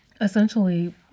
essentially